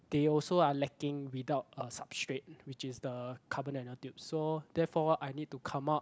they also are lacking without a substrate which is the carbonano tubes so therefore I need to come up